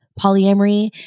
polyamory